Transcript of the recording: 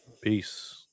Peace